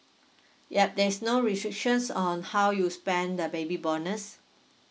yup there's no restrictions on how you spend the baby bonus